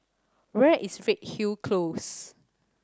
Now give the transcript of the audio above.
where is Redhill Close